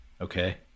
Okay